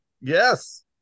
Yes